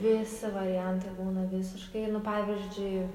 visi variantai būna visiškai nu pavyzdžiui